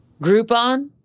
Groupon